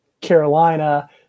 Carolina